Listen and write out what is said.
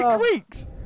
weeks